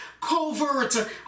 covert